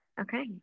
okay